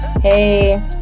Hey